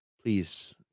please